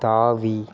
தாவி